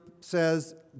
says